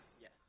Yes